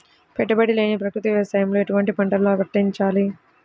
పెట్టుబడి లేని ప్రకృతి వ్యవసాయంలో ఎటువంటి పంటలు పండించాలి?